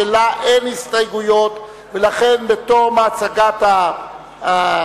שלה אין הסתייגויות ולכן בתום הצגת ההצעה